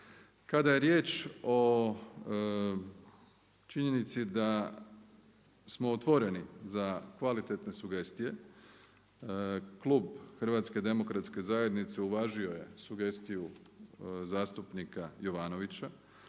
Kada je riječ o činjenici da smo otvoreni za kvalitetne sugestije, Klub Hrvatske demokratske zajednice uvažio je sugestiju zastupnika Jovanovića